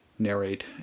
narrate